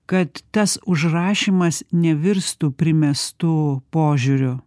kad tas užrašymas nevirstų primestu požiūriu